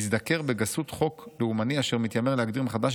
מזדקר בגסות חוק לאומני אשר מתיימר להגדיר מחדש